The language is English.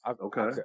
Okay